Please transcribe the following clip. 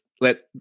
let